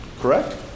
correct